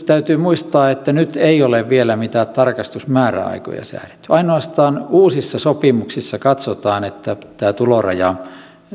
täytyy muistaa että nyt ei ole vielä mitään tarkastusmääräaikoja säädetty ainoastaan uusissa sopimuksissa katsotaan että tämä tuloraja